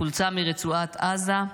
חולצה מרצועת עזה.